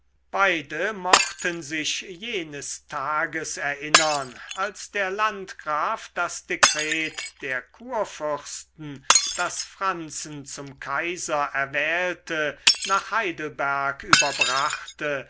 beide mochten sich jenes tages erinnern als der landgraf das dekret der kurfürsten das franzen zum kaiser erwählte nach heidelberg überbrachte